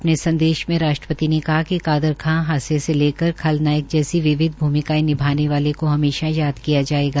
अपने संदेश में राष्ट्रपति ने कहा कि कादर खां हास्य से लेकर खलनायक जैसी विविध भूमिकायें निभाने वाले को हमेशा याद किया जायेगा